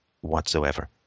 whatsoever